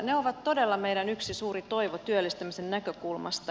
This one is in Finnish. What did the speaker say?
ne ovat todella meidän yksi suuri toivomme työllistämisen näkökulmasta